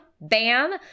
bam